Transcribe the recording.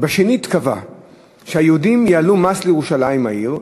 בשנית קבע שהיהודים יעלו מס לירושלים העיר,